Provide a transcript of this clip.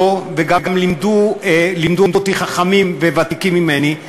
וגם לימדו אותי חכמים וותיקים ממני,